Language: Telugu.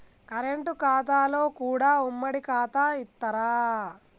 కరెంట్ ఖాతాలో కూడా ఉమ్మడి ఖాతా ఇత్తరా?